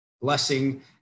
Blessing